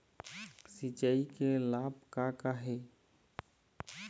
सिचाई के लाभ का का हे?